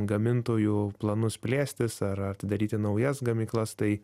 gamintojų planus plėstis ar atidaryti naujas gamyklas tai